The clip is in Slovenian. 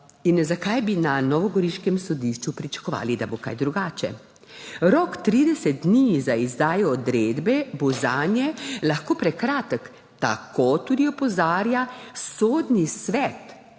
in zakaj bi na novogoriškem sodišču pričakovali, da bo kaj drugače. Rok 30 dni za izdajo odredbe bo zanje lahko prekratek, tako tudi opozarja Sodni svet,